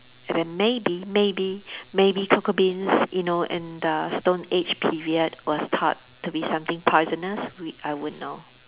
and then maybe maybe maybe cocoa beans you know in the stone age period was taught to be something poisonous we I won't know